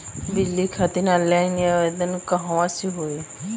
बिजली खातिर ऑनलाइन आवेदन कहवा से होयी?